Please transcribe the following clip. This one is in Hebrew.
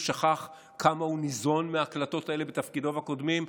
הוא שכח כמה הוא ניזון מההקלטות האלה בתפקידיו הקודמים,